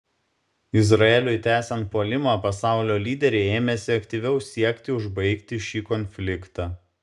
izraeliui tęsiant puolimą pasaulio lyderiai ėmėsi aktyviau siekti užbaigti šį konfliktą